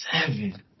seven